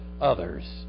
others